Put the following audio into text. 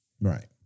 Right